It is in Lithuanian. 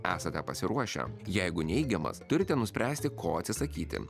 esate pasiruošę jeigu neigiamas turite nuspręsti ko atsisakyti